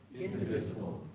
indivisible,